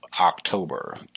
October